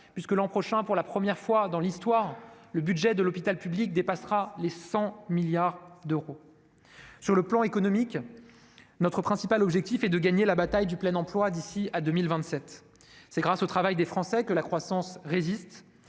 2023. L'an prochain en effet, pour la première fois dans l'histoire de notre pays, le budget de l'hôpital public dépassera les 100 milliards d'euros. En matière économique, notre principal objectif est de gagner la bataille du plein emploi d'ici à 2027. C'est grâce au travail des Français que la croissance résiste.